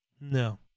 No